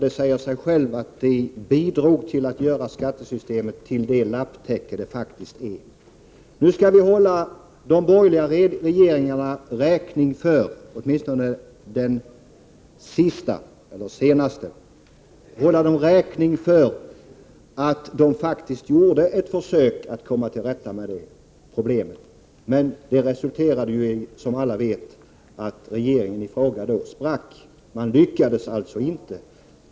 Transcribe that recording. Det säger sig självt att det bidrog till att göra skattesystemet till det lapptäcke det faktiskt är. Nu skall vi hålla de borgerliga regeringarna räkning för — åtminstone den sista, eller den senaste — att de gjorde ett försök att komma till rätta med problemet. Det resulterade dock, som alla vet, i att regeringen i fråga sprack. Man lyckades inte.